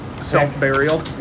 Self-burial